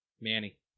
Manny